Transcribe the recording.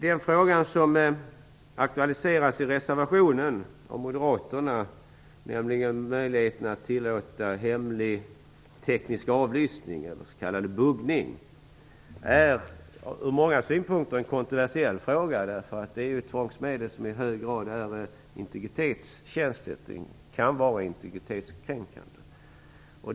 Den fråga som aktualiseras i reservationen av Moderaterna, nämligen möjligheten att tillåta hemlig teknisk avlyssning, eller s.k. buggning, är ur många synpunkter en kontroversiell fråga, därför att det är ett tvångsmedel som i hög grad är integritetskänsligt och kan vara integritetskränkande.